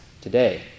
today